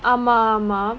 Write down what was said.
ஆமா:aamaa